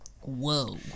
Whoa